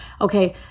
okay